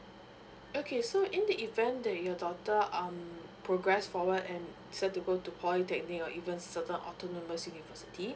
okay so in the event that your daughter um progress forward and to go to polytechnic or even to certain university